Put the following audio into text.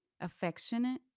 affectionate